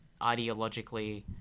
ideologically